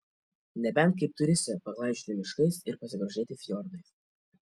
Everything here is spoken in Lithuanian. nebent kaip turistė paklaidžioti miškais ir pasigrožėti fjordais